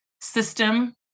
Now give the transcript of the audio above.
system